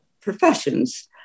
professions